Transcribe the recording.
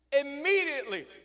immediately